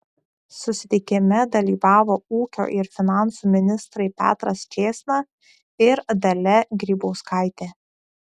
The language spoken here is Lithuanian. susitikime dalyvavo ūkio ir finansų ministrai petras čėsna ir dalia grybauskaitė